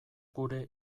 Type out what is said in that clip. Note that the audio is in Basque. gure